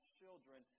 children